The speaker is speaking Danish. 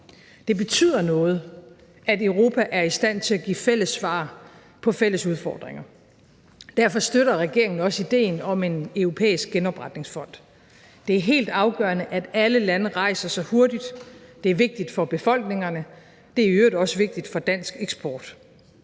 Det betyder noget, at Europa er i stand til at give fælles svar på fælles udfordringer. Derfor støtter regeringen også ideen om en europæisk genopretningsfond. Det er helt afgørende, alle lande rejser sig hurtigt; det er vigtigt for befolkningerne, det er i øvrigt også vigtigt for dansk eksport,